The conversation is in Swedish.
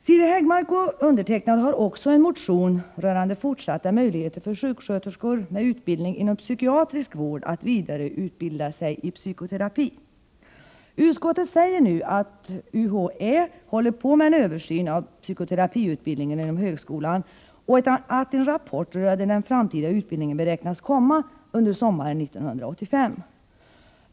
Siri Häggmark och jag har också en motion rörande fortsatta möjligheter för sjuksköterskor med utbildning inom psykiatrisk vård att vidareutbilda sig i psykoterapi. Utskottet säger nu att UHÄ håller på med en översyn av psykoterapiutbildningen inom högskolan och att en rapport rörande den framtida utbildningen beräknas komma under sommaren 1985.